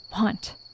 want